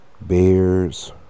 bears